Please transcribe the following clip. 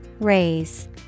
Raise